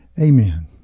Amen